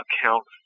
accounts